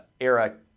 era